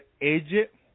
Egypt